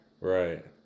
Right